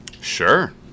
Sure